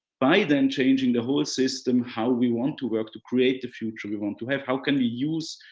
by then changing the whole system how we want to work, to create the future we want to have. how can we use,